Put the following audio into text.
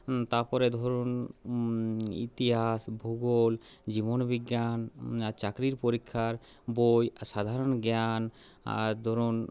তারপরে ধরুন ইতিহাস ভূগোল জীবন বিজ্ঞান আর চাকরির পরীক্ষার বই সাধারণ জ্ঞান আর ধরুন